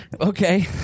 Okay